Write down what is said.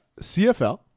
CFL